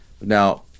Now